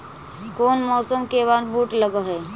कोन मौसम के बाद बुट लग है?